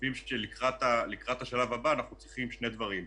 חושבים שלקראת השלב הבא אנחנו צריכים שני דברים: